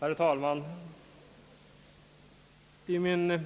Herr talman! I min